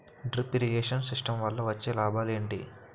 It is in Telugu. డ్రిప్ ఇరిగేషన్ సిస్టమ్ వల్ల వచ్చే లాభాలు ఏంటి?